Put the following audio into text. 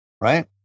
right